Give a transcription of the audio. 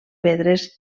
pedres